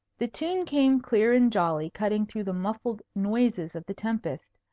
the tune came clear and jolly, cutting through the muffled noises of the tempest.